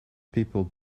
people